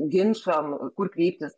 ginčam kur kreiptis